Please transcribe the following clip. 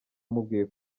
umubwiye